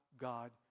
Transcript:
God